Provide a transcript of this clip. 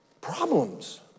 problems